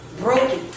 broken